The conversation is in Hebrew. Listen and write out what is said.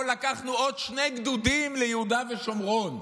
לקחנו עוד שני גדודים ליהודה ושומרון,